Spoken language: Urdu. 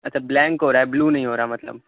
اچھا بلینک ہو رہا ہے بلیو نہیں ہو رہا مطلب